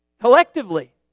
collectively